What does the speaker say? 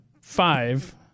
five